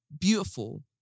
beautiful